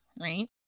Right